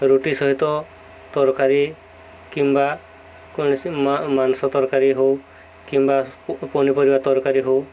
ରୁଟି ସହିତ ତରକାରୀ କିମ୍ବା କୌଣସି ମାଂସ ତରକାରୀ ହଉ କିମ୍ବା ପନିପରିବା ତରକାରୀ ହଉ